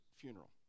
funeral